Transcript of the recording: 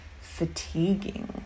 fatiguing